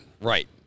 Right